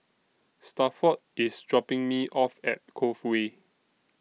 Stafford IS dropping Me off At Cove Way